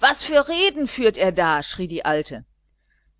was für reden führt er da schrie die alte